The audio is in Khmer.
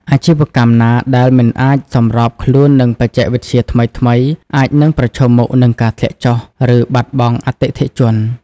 អាជីវកម្មណាដែលមិនអាចសម្របខ្លួននឹងបច្ចេកវិទ្យាថ្មីៗ អាចនឹងប្រឈមមុខនឹងការធ្លាក់ចុះ ឬបាត់បង់អតិថិជន។